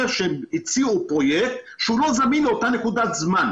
שהציעו פרויקט שאינו זמין לאותה נקודת זמן.